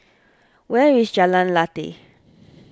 where is Jalan Lateh